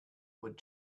would